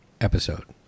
episode